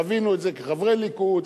חווינו את זה כחברי ליכוד,